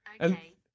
Okay